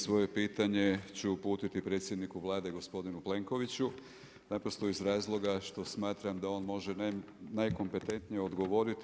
Svoje pitanje ću uputiti predsjedniku Vlade gospodinu Plenkoviću, naprosto iz razloga što smatram da on može najkompetentnije odgovoriti.